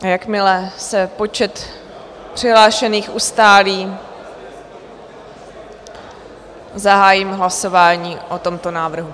A jakmile se počet přihlášených ustálí, zahájím hlasování o tomto návrhu.